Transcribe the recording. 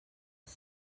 els